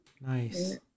Nice